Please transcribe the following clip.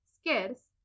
scarce